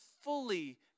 fully